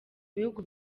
bihugu